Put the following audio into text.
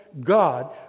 God